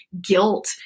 guilt